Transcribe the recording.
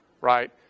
right